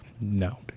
No